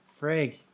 Frig